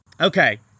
Okay